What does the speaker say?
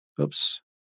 Oops